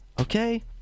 okay